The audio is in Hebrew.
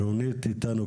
קוראים לי רונית ארנפרוינד,